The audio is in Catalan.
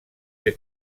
ser